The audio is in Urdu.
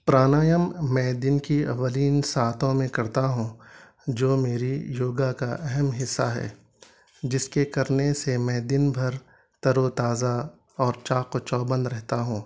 پرانایم میں دن کی اولین ساعتوں میں کرتا ہوں جو میری یوگا کا اہم حصہ ہے جس کے کرنے سے میں دن بھر تر و تازہ اور چاق و چوبند رہتا ہوں